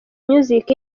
music